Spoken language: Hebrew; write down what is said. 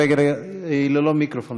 חברת הכנסת בירן מדברת ללא מיקרופון.